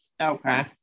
okay